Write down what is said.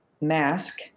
mask